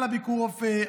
על ביקור רופא,